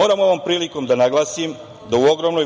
ovom prilikom da naglasim da u ogromnoj